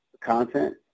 content